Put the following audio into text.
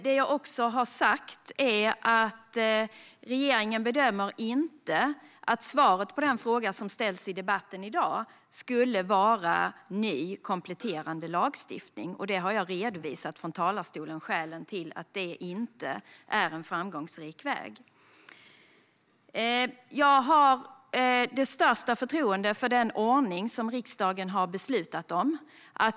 Jag har också sagt att regeringen inte bedömer att svaret skulle vara ny kompletterande lagstiftning. Skälen för att det inte skulle vara en framgångsrik väg har jag redovisat här i talarstolen. Jag har det största förtroende för den ordning som riksdagen har beslutat om.